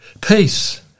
peace